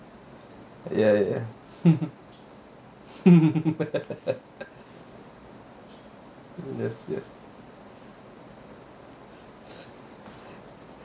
ya ya yes yes